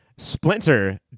Splinter